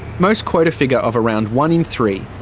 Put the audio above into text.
most quote a figure of around one in three,